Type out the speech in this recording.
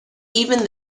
even